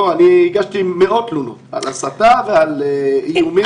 בוא, אני הגשתי מאות תלונות על הסתה ועל איומים.